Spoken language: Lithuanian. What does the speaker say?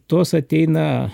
tos ateina